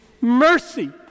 mercy